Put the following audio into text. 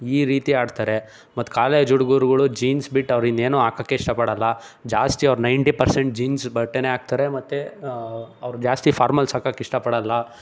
ಈ ರೀತಿ ಆಡ್ತಾರೆ ಮತ್ತು ಕಾಲೇಜ್ ಹುಡ್ಗುರ್ಗಳು ಜೀನ್ಸ್ ಬಿಟ್ಟು ಅವರಿನ್ನೇನೂ ಹಾಕೋಕ್ಕೇ ಇಷ್ಟಪಡೋಲ್ಲ ಜಾಸ್ತಿ ಅವ್ರು ನೈನ್ಟಿ ಪರ್ಸೆಂಟ್ ಜೀನ್ಸ್ ಬಟ್ಟೆನೇ ಹಾಕ್ತಾರೆ ಮತ್ತು ಅವ್ರು ಜಾಸ್ತಿ ಫಾರ್ಮಲ್ಸ್ ಹಾಕಕ್ಕೆ ಇಷ್ಟಪಡೋಲ್ಲ